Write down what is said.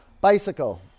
Bicycle